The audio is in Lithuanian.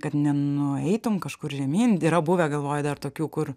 kad nenueitum kažkur žemyn yra buvę galvoju dar tokių kur